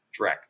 Drek